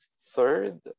Third